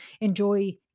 enjoy